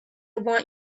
want